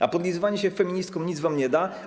A podlizywanie się feministkom nic wam nie da.